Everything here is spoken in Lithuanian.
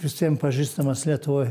visiem pažįstamas lietuvoj